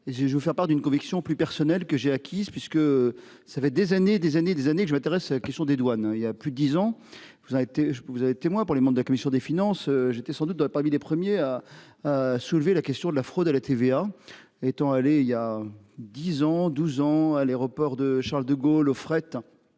si je veux faire part d'une conviction plus personnelle que j'ai acquise puisque ça fait des années, des années, des années que je m'intéresse qui sont des douanes, il y a plus de 10 ans. Vous avez été, je peux vous avez témoin pour les membres de la commission des finances. J'étais sans doute doit parmi les premiers à. Soulever la question de la fraude à la TVA étant allée il y a 10 ans, 12 ans à l'aéroport de Charles-de-Gaulle au fret.